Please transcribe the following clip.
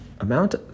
amount